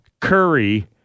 Curry